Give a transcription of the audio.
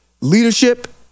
leadership